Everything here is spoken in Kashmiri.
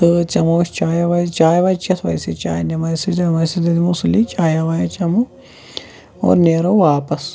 تہٕ چمو أسۍ چایہ وایہ چاے واے چیٚتھ ویسے چاے نماز سجدٕ وماز سجدٕ دِمو سُلی چایہ وایہ چمو اور نیرو واپَس